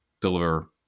deliver